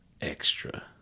Extra